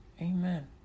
Amen